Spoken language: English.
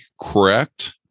correct